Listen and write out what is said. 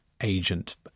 agent